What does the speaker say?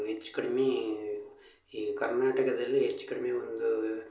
ಹೆಚ್ ಕಡ್ಮೆ ಈ ಕರ್ನಾಟಕದಲ್ಲಿ ಹೆಚ್ ಕಡ್ಮೆ ಒಂದು